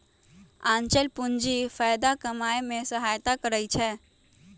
आंचल पूंजी फयदा कमाय में सहयता करइ छै